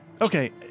Okay